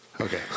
Okay